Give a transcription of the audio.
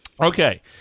Okay